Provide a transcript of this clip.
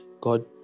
god